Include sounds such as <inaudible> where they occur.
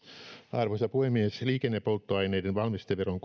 arvoisa puhemies liikennepolttoaineiden valmisteveron <unintelligible>